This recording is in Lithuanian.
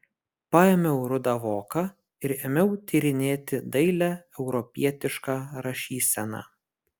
paėmiau rudą voką ir ėmiau tyrinėti dailią europietišką rašyseną